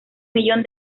millón